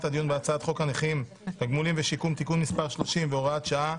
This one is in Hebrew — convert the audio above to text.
הדיון בהצעת חוק הנכים (תגמולים ושיקום) (תיקון מס' 30 והוראת שעה),